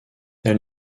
elle